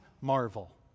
marvel